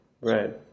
Right